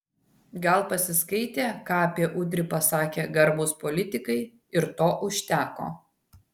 gal pasiskaitė ką apie udrį pasakė garbūs politikai ir to užteko